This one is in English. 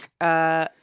Uh-